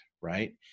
right